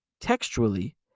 Textually